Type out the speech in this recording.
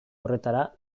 horretara